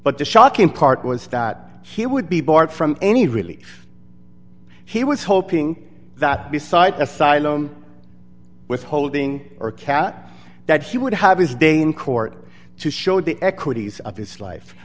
the shocking part was that he would be barred from any really he was hoping that beside asylum withholding or cat that he would have his day in court to show the equities of his life